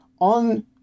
On